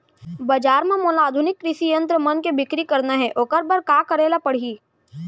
बजार म मोला आधुनिक कृषि यंत्र मन के बिक्री करना हे ओखर बर का करे ल पड़ही?